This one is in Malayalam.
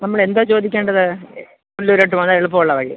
നമ്മളെന്താണ് ചോദിക്കേണ്ടത് പുനലൂരോട്ട് പോകണ എളുപ്പമുള്ള വഴിയാണോ